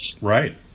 right